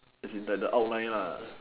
as in like the outline lah